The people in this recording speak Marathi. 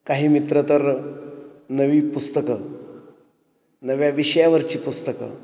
काही मित्र तर नवी पुस्तकं नव्या विषयावरची पुस्तकं